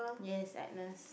yes Agnes